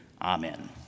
Amen